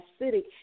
acidic